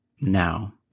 now